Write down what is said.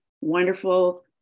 wonderful